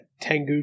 Tengu